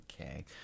Okay